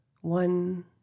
one